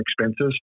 expenses